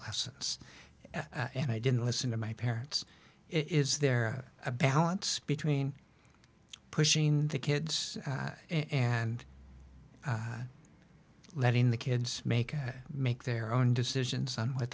lessons and i didn't listen to my parents is there a balance between pushing the kids and letting the kids make make their own decisions on what